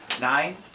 nine